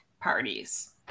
parties